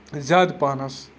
زیادٕ پَہَنس